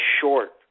short